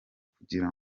kugira